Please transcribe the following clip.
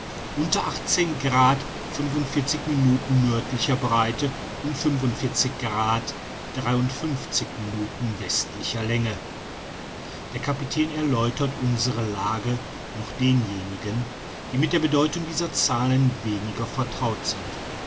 unter achtzehn grad fünfundvierzig minuten nördlicher breite und fünfundvierzig grad dreiundfünfzig minuten westlicher länge der kapitän erläutert unsere lage noch denjenigen die mit der bedeutung dieser zahlen weniger vertraut sind